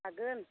हागोन